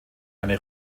eine